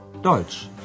Deutsch